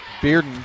Bearden